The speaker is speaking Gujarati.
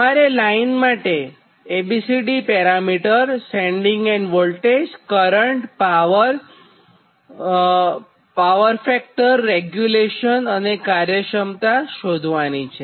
તમારે લાઇન માટે A B C D parameter sending end voltage current power factor regulation અને કાર્યક્ષમતા શોધવાની છે